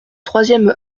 troisième